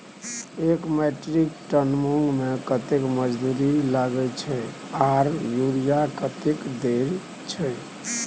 एक metric ton मूंग में कतेक मजदूरी लागे छै आर यूरिया कतेक देर छै?